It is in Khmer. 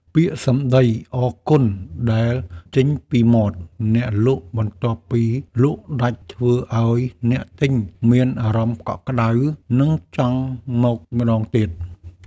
ពាក្យសម្ដីអរគុណដែលចេញពីមាត់អ្នកលក់បន្ទាប់ពីលក់ដាច់ធ្វើឱ្យអ្នកទិញមានអារម្មណ៍កក់ក្ដៅ និងចង់មកម្ដងទៀត។